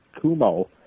Kumo